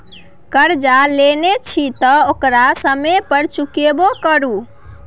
करजा लेने छी तँ ओकरा समय पर चुकेबो करु